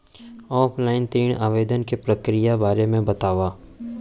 Offline ऋण आवेदन के प्रक्रिया के बारे म बतावव?